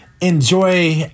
enjoy